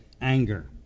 anger